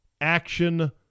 action